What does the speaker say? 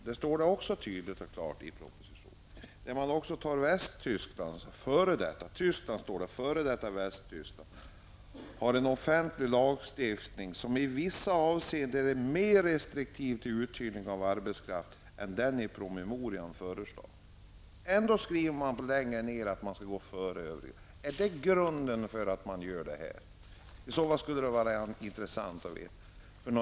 Det står också tydligt och klart i propositionen. Man talar nämligen om att f.d. Västtyskland har en offentlig lagstiftning som i vissa avseenden är mera restriktiv till uthyrning av arbetskraft än den i propositionen föreslagna. Ändå skriver man att man skall gå före andra länder. Är det grunden för att man nu vill göra så här? Det skulle vara intressant att få veta det.